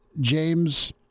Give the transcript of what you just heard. James